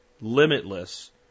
limitless